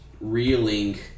reeling